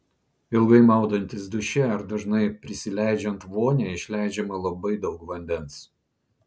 ilgai maudantis duše ar dažnai prisileidžiant vonią išleidžiama labai daug vandens